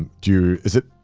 do you, is it.